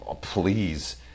please